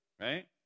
right